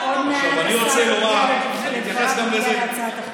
עוד מעט השר יגיע לתגובה בנוגע להצעת החוק.